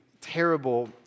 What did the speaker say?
terrible